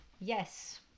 yes